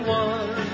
one